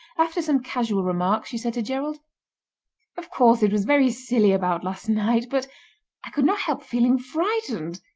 after some casual remarks, she said to gerald of course it was very silly about last night, but i could not help feeling frightened.